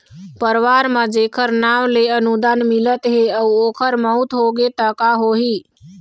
परवार म जेखर नांव ले अनुदान मिलत हे अउ ओखर मउत होगे त का होही?